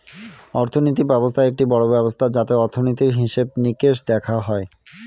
অর্থনীতি ব্যবস্থা একটি বড়ো ব্যবস্থা যাতে অর্থনীতির, হিসেবে নিকেশ দেখা হয়